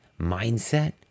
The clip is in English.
mindset